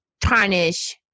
tarnish